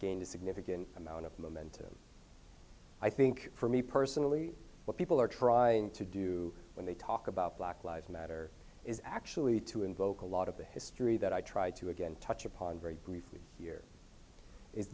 gained a significant amount of momentum i think for me personally what people are trying to do when they talk about black lives matter is actually to invoke a lot of the history that i tried to again touch upon very briefly here is